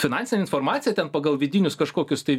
finansinė informacija ten pagal vidinius kažkokius tai